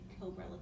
cobra